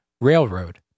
Railroad